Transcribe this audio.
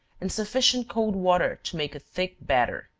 and sufficient cold water to make a thick batter.